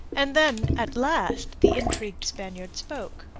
and then, at last, the intrigued spaniard spoke.